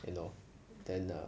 you know then uh